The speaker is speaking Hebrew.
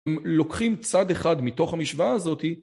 לוקחים צד אחד מתוך המשוואה הזאת